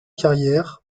carrière